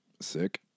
Sick